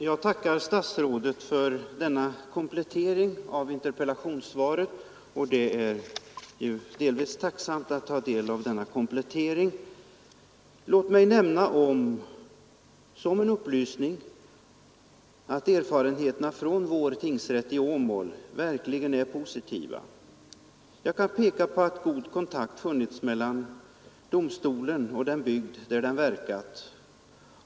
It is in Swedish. Herr talman! Jag tackar statsrådet för denna komplettering av interpellationssvaret. Låt mig som en upplysning omnämna att erfarenheterna från vår tingsrätt i Åmål verkligen är positiva. Jag kan peka på att god kontakt funnits mellan domstolen och den bygd där den verkat.